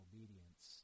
Obedience